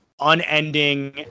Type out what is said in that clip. unending